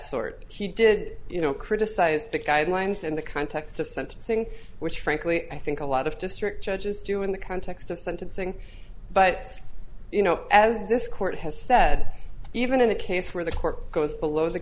sort he did you know criticised the guidelines in the context of sentencing which frankly i think a lot of district judges do in the context of sentencing but you know as this court has said even in a case where the court goes below the